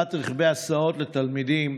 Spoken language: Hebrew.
החלפת רכבי הסעות לתלמידים,